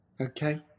Okay